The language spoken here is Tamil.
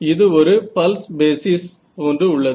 இது ஒரு பல்ஸ் பேசிஸ் போன்று உள்ளது